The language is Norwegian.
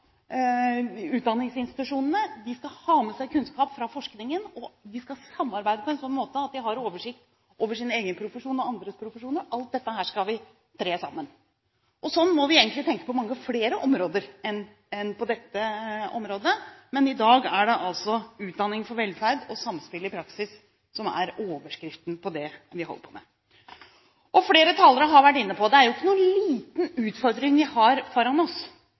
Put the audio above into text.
utdanningsinstitusjonene. De skal ha med seg kunnskap fra forskningen, og de skal samarbeide på en sånn måte at de har oversikt over sin egen og andres profesjon. Og alt dette skal vi tre sammen. Sånn må vi egentlig tenke på mange flere områder, men i dag er det altså «Utdanning for velferd. Samspill i praksis» som er overskriften på det vi holder på med. Flere talere har vært inne på at det ikke er noen liten utfordring vi har foran oss.